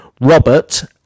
robert